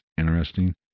interesting